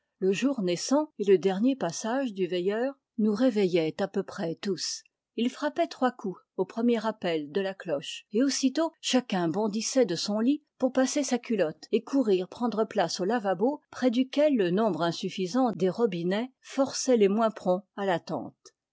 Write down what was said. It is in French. le jour naissant et le dernier passage du veilleur nous réveillaient à peu près tous il frappait trois coups au premier appel de la cloche et aussitôt chacun bondissait de son lit pour passer sa culotte et courir prendre place au lavabo près duquel le nombre insuffisant des robinets forçait les moins prompts à